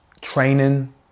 training